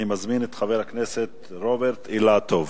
אני מזמין את חבר הכנסת רוברט אילטוב.